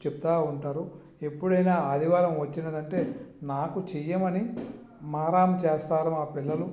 చెప్తూ ఉంటారు ఎప్పుడైనా ఆదివారం వచ్చినది అంటే నాకు చేయమని మారం చేస్తారు మా పిల్లలు